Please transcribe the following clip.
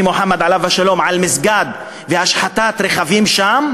מוחמד עליו השלום על מסגד והשחתת רכבים שם.